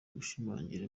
gushimangira